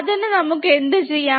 അതിനു നമുക്ക് എന്ത് ചെയ്യാം